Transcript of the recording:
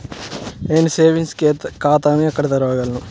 నేను సేవింగ్స్ ఖాతాను ఎక్కడ తెరవగలను?